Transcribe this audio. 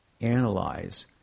analyze